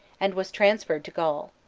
and was transferred to gaul.